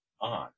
on